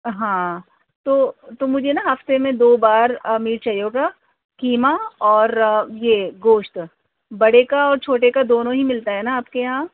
ہاں تو تو مجھے نا ہفتے میں دو بار میٹ چاہیے گا قیمہ اور یہ گوشت بڑے کا اور چھوٹے کا دونوں ہی ملتا ہے نا آپ کے یہاں